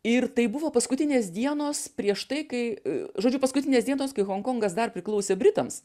ir tai buvo paskutinės dienos prieš tai kai žodžiu paskutinės dienos kai honkongas dar priklausė britams